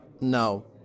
No